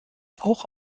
auch